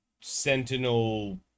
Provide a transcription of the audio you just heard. sentinel